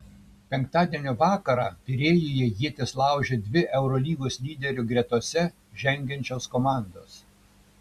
penktadienio vakarą pirėjuje ietis laužė dvi eurolygos lyderių gretose žengiančios komandos